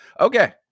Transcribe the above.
okay